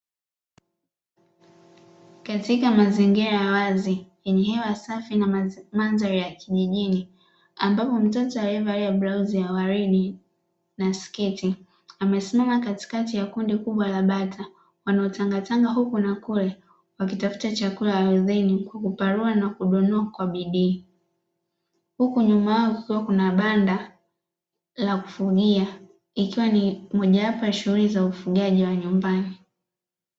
Katika mazingira ya ardhi yenye hewa safi na mandhari ya kijijini, ambapo mtoto aliyevalia blauzi ya waridi na sketi, amesimama katikati ya kundi kubwa la bata wanaotangatanga huku na kule wakitafuta chakula ardhini, kuparua na kudonoa kwa bidii, huku nyuma yao kukiwa kuna banda la kufugia, ikiwa ni mojawapo ya shughuli za ufugaji wa nyumbani.